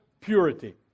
purity